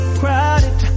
crowded